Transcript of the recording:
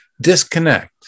disconnect